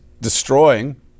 destroying